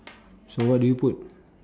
so what do you put